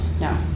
no